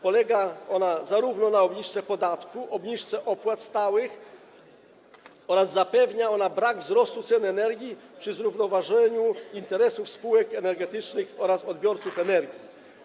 Polega ono na obniżce podatku, obniżce opłat stałych oraz zapewnia brak wzrostu cen energii przy zrównoważeniu interesów spółek energetycznych oraz odbiorców energii.